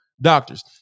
doctors